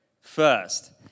first